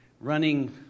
running